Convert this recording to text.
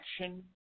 action